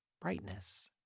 brightness